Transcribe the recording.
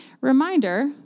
Reminder